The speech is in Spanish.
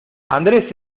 andrés